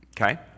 Okay